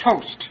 toast